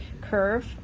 curve